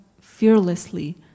fearlessly